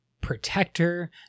protector